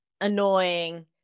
annoying